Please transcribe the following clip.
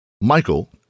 Michael